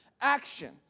action